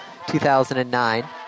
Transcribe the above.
2009